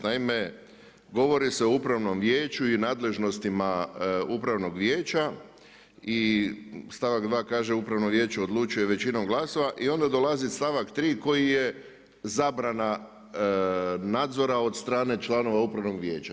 Naime, govori se o upravnom vijeću i nadležnostima upravnog vijeća i stavak 2 kaže odlučuje većinom glasova i onda dolazi stavak 3 koji je zabrana nadzora od strane članova upravnog vijeća.